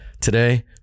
Today